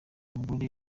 umugore